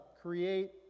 create